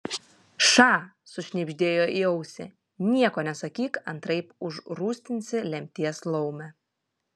ša sušnibždėjo į ausį nieko nesakyk antraip užrūstinsi lemties laumę